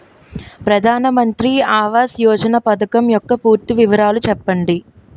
ప్రధాన మంత్రి ఆవాస్ యోజన పథకం యెక్క పూర్తి వివరాలు చెప్పండి?